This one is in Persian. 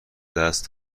دست